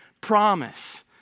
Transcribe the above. promise